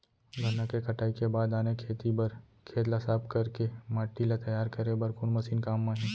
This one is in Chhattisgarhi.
गन्ना के कटाई के बाद आने खेती बर खेत ला साफ कर के माटी ला तैयार करे बर कोन मशीन काम आही?